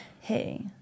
Hey